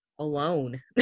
Alone